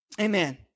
Amen